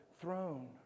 throne